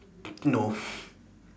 no